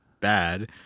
bad